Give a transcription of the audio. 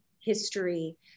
history